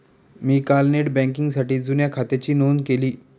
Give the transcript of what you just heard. मी काल नेट बँकिंगसाठी जुन्या खात्याची नोंदणी केली